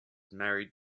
married